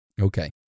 Okay